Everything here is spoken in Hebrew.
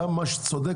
גם מה שצודק,